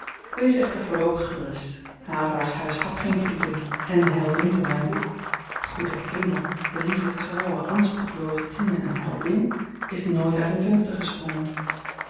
wees echter voorloopig gerust havelaars huis had geen verdieping en de heldin van myn boek goede hemel de lieve trouwe anspruchlose tine een heldin is nooit uit een venster gesprongen